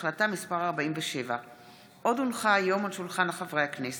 החלטה מס' 47. עוד הונחה היום על שולחן הכנסת